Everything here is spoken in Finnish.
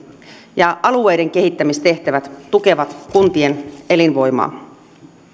ja alueiden kehittämistehtävät tukevat kuntien elinvoimaa